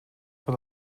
for